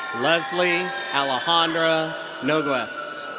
leslie alejandra noguez.